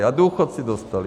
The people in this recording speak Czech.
A důchodci dostali.